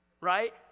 Right